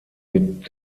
mit